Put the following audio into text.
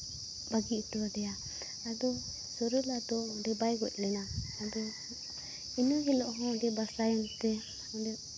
ᱵᱟᱹᱜᱤ ᱦᱚᱴᱚ ᱟᱫᱮᱭᱟ ᱟᱫᱚ ᱥᱚᱨᱚᱞᱟ ᱫᱚ ᱚᱸᱰᱮ ᱵᱟᱭ ᱜᱚᱡ ᱞᱮᱱᱟ ᱟᱫᱚ ᱤᱱᱟᱹ ᱦᱤᱞᱳᱜ ᱦᱚᱸ ᱵᱟᱥᱟᱭᱮᱱ ᱛᱮ ᱚᱸᱰᱮ